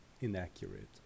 inaccurate